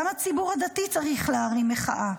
גם הציבור הדתי צריך להרים מחאה.